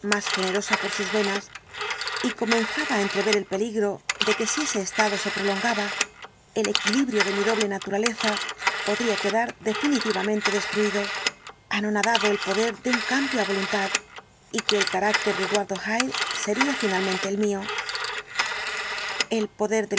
más generosa por sus venas y comenzaba á entrever el peligro de que si ese estado se prolongaba el equilibrio de mi doble naturaleza podría quedar definitivamente destruido anonadado el poder de un cambio á voluntad y que el carácter de eduardo hyde sería finalmente el mío el poder